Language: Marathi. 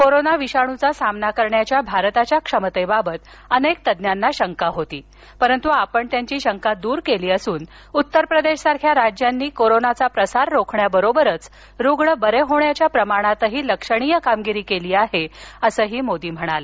कोरोना विषाणूचा सामना करण्याच्या भारताच्या क्षमतेबाबत अनेक तज्ञांना शंका होती परंतु आपण त्यांची शंका दूर केली असून उत्तर प्रदेशसारख्या राज्यांनी कोरोनाचा प्रसार रोखण्यासोबतच रुग्ण बरे होण्याच्या प्रमाणात लक्षणीय कामगिरी केली आहे असं ते म्हणाले